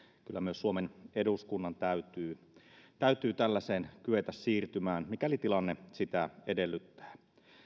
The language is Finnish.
kyllä myös suomen eduskunnan täytyy täytyy tällaiseen kyetä siirtymään mikäli tilanne sitä edellyttää